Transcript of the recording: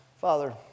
Father